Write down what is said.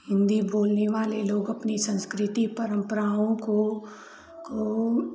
हिन्दी बोलने वाले लोग अपनी संस्कृति परम्पराओं को को